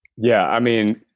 yeah, i mean,